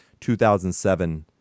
2007